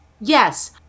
Yes